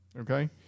Okay